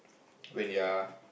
when you're